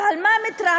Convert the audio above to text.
אז על מה מתרעמים?